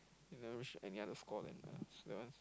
you never reach any other score then uh that one